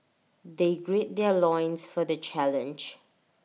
they gird their loins for the challenge